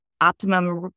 optimum